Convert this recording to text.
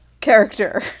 character